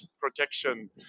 protection